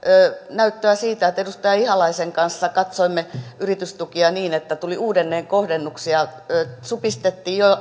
näyttöä siitä että edustaja ihalaisen kanssa katsoimme yritystukia niin että tuli uudelleenkohdennuksia supistettiin